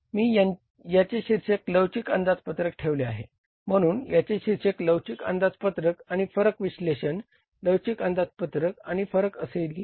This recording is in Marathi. मी याचे शीर्षक लवचिक अंदाजपत्रक ठेवेल आहे म्हणून याचे शीर्षक लवचिक अंदाजपत्रक आणि फरक विश्लेषण लवचिक अंदाजपत्रक आणि फरक असे असेल